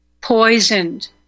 poisoned